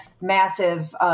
massive